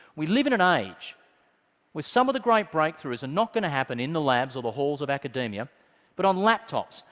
we live in an age where some of the great breakthroughs are not going to happen in the labs or the halls of academia but on laptops,